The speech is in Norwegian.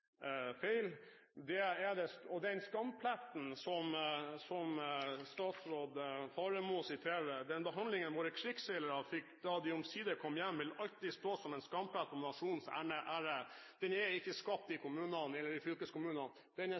feil. Statsråd Faremo sier dette om den skampletten: «Den behandlingen våre krigsseilere fikk da de omsider kom hjem vil alltid stå som en skamplett på nasjonens ære.» Den er ikke skapt i kommunene eller i fylkeskommunene. Den er